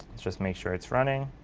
let's just make sure it's running.